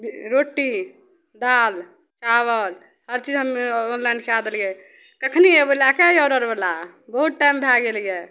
रोटी दालि चावल हर चीज हम ऑनलाइन कै देलिए कखन अएबै लैके यौ ऑडरवला बहुत टाइम भै गेल यऽ